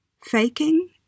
Faking